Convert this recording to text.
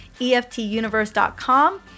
EFTUniverse.com